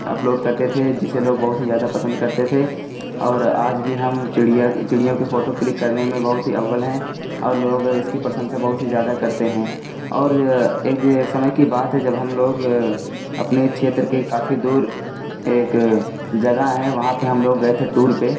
upload करते थे जिसे लोग बहुत ही ज़्यादा पसंद करते थे और आज भी हम चिड़ियों चिड़ियों की फ़ोटो क्लिक करने में बहुत ही अव्वल हैं और लोग इसकी प्रशंसा बहुत ही ज़्यादा करते हैं और एक समय की बात है जब हम लोग अपने क्षेत्र के काफी दूर एक जगह है वहाँ पर हम लोग गए थे टूर पर